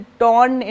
torn